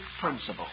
principle